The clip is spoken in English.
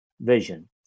vision